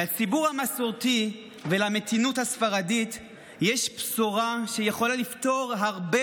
לציבור המסורתי ולמתינות הספרדית יש בשורה שיכולה לפתור הרבה